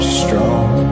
strong